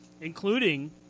including